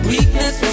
Weakness